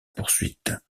poursuite